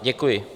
Děkuji.